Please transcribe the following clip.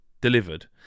delivered